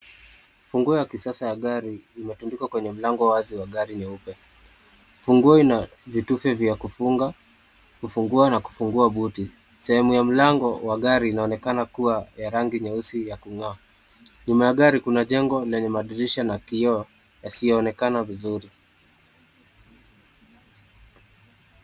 Funguo ya kisasa ya gari imetundikwa kwenye mlango wa gari nyeupe, funguo ina vitufi vya kufunga , kufungua na kufungua buti, sehemu ya mlango wa gari inaonekana kuwa ya rangi nyeusi ya kung'aa ,nyuma ya gari kuna jengo limebadilisha na kioo yasiyoonekana vizuri,